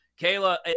Kayla